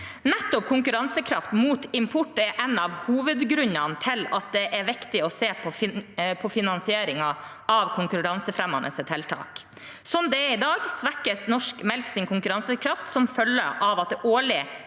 Nettopp konkurransekraft mot import er en av hovedgrunnene til at det er viktig å se på finansieringen av konkurransefremmende tiltak. Slik det er i dag, svekkes norsk melks konkurransekraft som følge av at det årlig